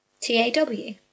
T-A-W